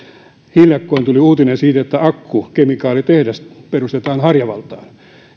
hiljakkoin tuli uutinen että akkukemikaalitehdas perustetaan harjavaltaan